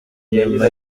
nyuma